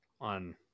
on